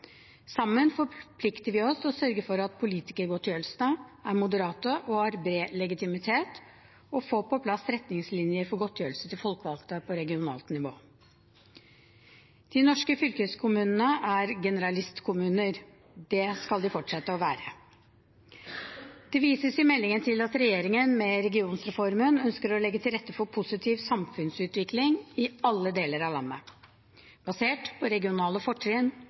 Sammen forplikter vi oss til å sørge for at politikergodtgjørelsene er moderate og har bred legitimitet, og å få på plass retningslinjer for godtgjørelse til folkevalgte på regionalt nivå. De norske fylkeskommunene er generalistkommuner. Det skal de fortsette å være. Det vises i meldingen til at regjeringen med regionreformen ønsker å legge til rette for positiv samfunnsutvikling i alle deler av landet, basert på regionale fortrinn,